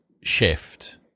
shift